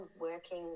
working